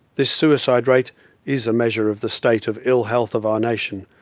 this suicide rate is a measure of the state of ill health of our nation,